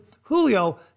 Julio